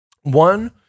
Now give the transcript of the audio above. one